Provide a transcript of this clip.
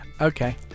Okay